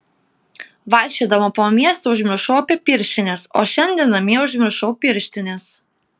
vaikščiodama po miestą užmiršau apie pirštines o šiandien namie užmiršau pirštines